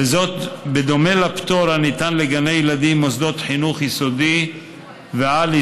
וזאת בדומה לפטור הניתן לגני ילדים ולמוסדות חינוך יסודי ועל-יסודי.